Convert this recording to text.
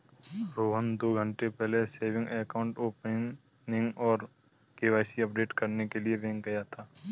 रोहन दो घन्टे पहले सेविंग अकाउंट ओपनिंग और के.वाई.सी अपडेट करने के लिए बैंक गया था